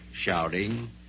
shouting